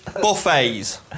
Buffets